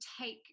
take